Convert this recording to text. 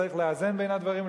צריך לאזן בין הדברים,